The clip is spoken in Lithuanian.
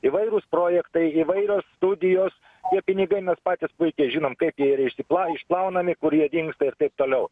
įvairūs projektai įvairios studijos tie pinigai mes patys puikiai žinom kaip jie yra išsi išplaunami kur jie dingsta ir taip toliau